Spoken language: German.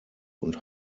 und